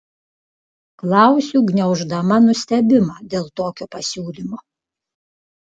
klausiu gniauždama nustebimą dėl tokio pasiūlymo